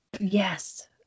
Yes